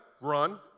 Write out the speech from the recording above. Run